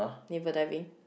naval diving